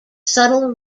subtle